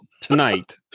tonight